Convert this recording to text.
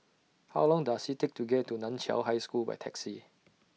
How Long Does IT Take to get to NAN Chiau High School By Taxi